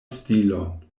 stilon